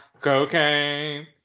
Cocaine